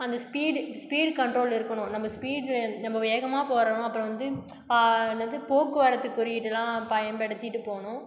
அந்த speed speed control இருக்கணும் அந்த ஸ்பீட் நம்ப வேகமாக போகிறோம் அப்பறம் வந்து என்னது போக்குவரத்து குறியீடெலாம் பயன்படுத்திட்டு போகணும்